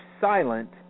silent